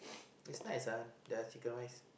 just nice uh their chicken rice